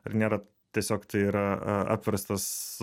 ar nėra tiesiog tai yra apverstas